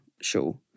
show